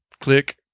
click